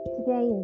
Today